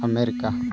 America